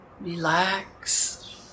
relax